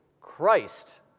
Christ